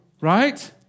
Right